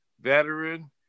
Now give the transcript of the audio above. veteran